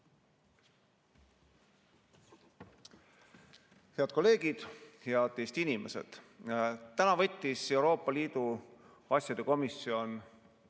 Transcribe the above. Head kolleegid! Head Eesti inimesed! Täna võttis Euroopa Liidu asjade komisjon